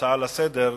ההצעה לסדר-היום,